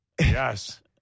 Yes